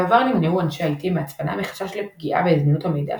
בעבר נמנעו אנשי IT מהצפנה מחשש לפגיעה בזמינות המידע,